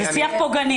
זה שיח פוגעני.